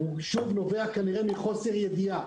שנובע כנראה מחוסר ידיעה.